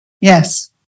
Yes